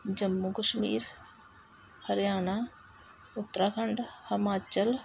Jammu Kashmir Haryana Uttarakhand Himachal